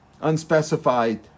unspecified